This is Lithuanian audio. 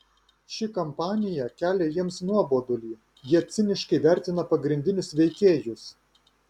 ši kampanija kelia jiems nuobodulį jie ciniškai vertina pagrindinius veikėjus